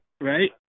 Right